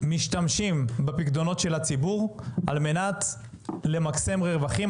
משתמשים בפיקדונות של הציבור על מנת למקסם רווחים.